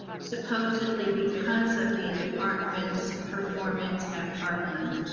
supposedly because of the department's performance at parkland.